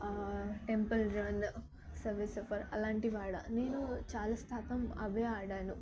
temple Run Subway Surfers అలాంటి ఆడాను నేను చాలా శాతం అవి ఆడాను